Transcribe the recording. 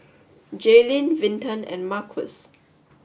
Jaelynn Vinton and Marquis